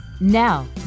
Now